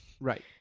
right